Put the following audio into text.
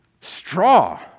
straw